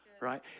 Right